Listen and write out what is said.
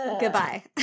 goodbye